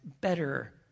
better